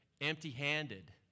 empty-handed